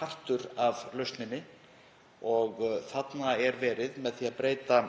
partur af lausninni. Með því að breyta